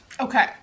Okay